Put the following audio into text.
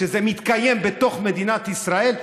כשזה מתקיים בתוך מדינת ישראל?